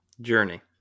Journey